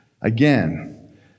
again